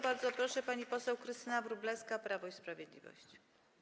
Bardzo proszę, pani poseł Krystyna Wróblewska, Prawo i Sprawiedliwość.